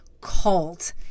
cult